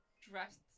dressed